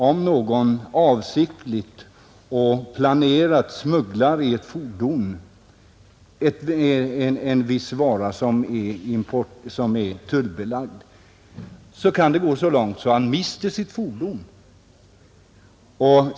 Om någon avsiktligt i ett fordon smugglar en viss vara som är tullbelagd kan det gå så långt att han mister sitt fordon.